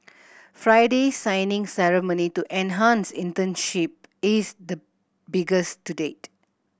Friday's signing ceremony to enhance internship is the biggest to date